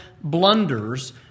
blunders